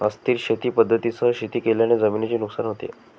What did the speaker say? अस्थिर शेती पद्धतींसह शेती केल्याने जमिनीचे नुकसान होते